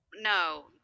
No